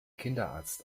kinderarzt